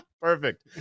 perfect